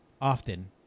often